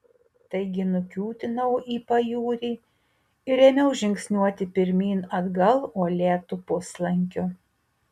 taigi nukiūtinau į pajūrį ir ėmiau žingsniuoti pirmyn atgal uolėtu puslankiu